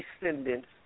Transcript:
descendants